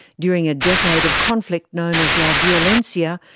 during a decade of conflict known as la violencia,